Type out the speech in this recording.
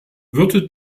würde